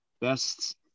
best –